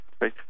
Right